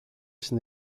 στην